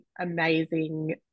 amazing